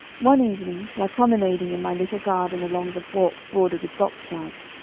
one evening, while promenading in my little garden along the walks bordered with box-plants,